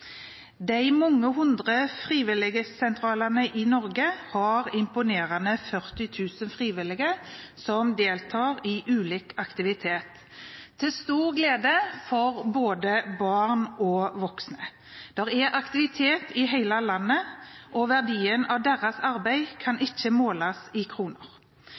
De mange hundre frivilligsentralene i Norge har imponerende 40 000 frivillige som deltar i ulik aktivitet til stor glede for både barn og voksne. Det er aktivitet i hele landet, og verdien av deres arbeid kan ikke måles i kroner.